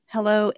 Hello